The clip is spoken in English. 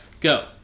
go